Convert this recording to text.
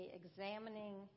examining